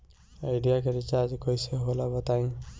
Idea के recharge कइसे होला बताई?